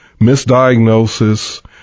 misdiagnosis